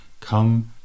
Come